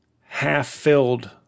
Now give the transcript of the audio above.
half-filled